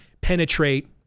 penetrate